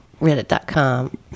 Reddit.com